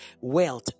wealth